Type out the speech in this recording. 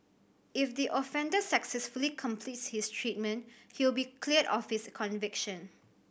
if the offender successfully completes his treatment he will be cleared of his conviction